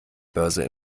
börse